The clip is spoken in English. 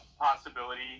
possibility